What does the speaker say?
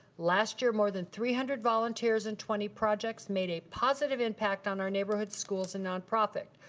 last year more than three hundred volunteers and twenty projects made a positive impact on our neighborhood schools and nonprofit.